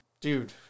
dude